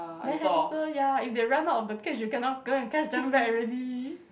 then hamster ya if they run out of the cage you cannot go and catch them back already